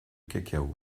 cacao